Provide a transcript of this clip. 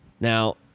Now-